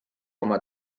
oma